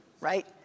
right